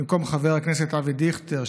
במקום חבר הכנסת אבי דיכטר,